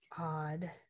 odd